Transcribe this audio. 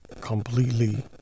completely